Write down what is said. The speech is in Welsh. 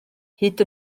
hyd